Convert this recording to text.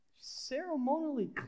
Ceremonially